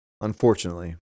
Unfortunately